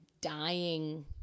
dying